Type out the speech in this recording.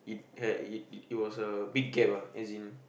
it h~ it it was a big gap ah as in